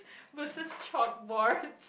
versus chalk boards